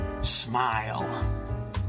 smile